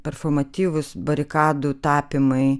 performativūs barikadų tapymai